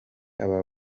aba